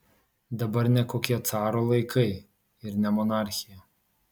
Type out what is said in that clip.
dabar ne kokie caro laikai ir ne monarchija